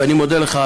ואני מודה לך,